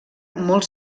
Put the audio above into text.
molt